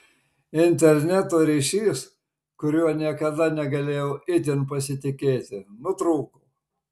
interneto ryšys kuriuo niekada negalėjau itin pasitikėti nutrūko